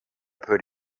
put